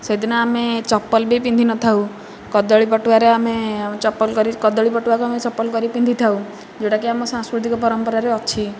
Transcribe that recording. ସେଦିନ ଆମେ ଚପଲ ବି ପିନ୍ଧି ନଥାଉ କଦଳୀ ପଟୁଆରେ ଆମେ ଚପଲ କରି କଦଳୀ ପଟୁଆକୁ ଆମେ ଚପଲ କରି ପିନ୍ଧିଥାଉ ଯେଉଁଟାକି ଆମ ସାଂସ୍କୃତିକ ପରମ୍ପରାରେ ଅଛି